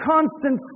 constant